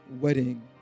wedding